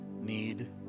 need